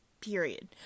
Period